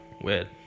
weird